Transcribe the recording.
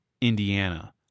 Indiana